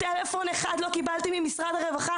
טלפון אחד לא קיבלתי ממשרד הרווחה